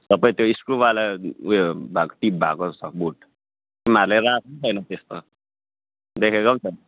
सबै त्यो स्क्रु वाला उयो भएको जस्तो टिप भएको जस्तो बुट तिमीहरूले लगाएको पनि छैन त्यस्तो देखेको पनि छैन